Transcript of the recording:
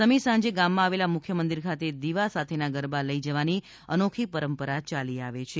સમી સાજે ગામમા આવેલા મૂખ્ય મંદિર ખાતે દીવા સાથેના ગરબા લઇ જવાની અનોખી પરંપરા યાલી આવે છે